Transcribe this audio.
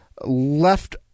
left